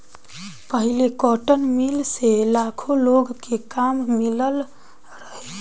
पहिले cotton mill से लाखो लोग के काम मिलल रहे